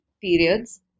periods